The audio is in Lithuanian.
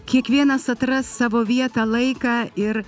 kiekvienas atras savo vietą laiką ir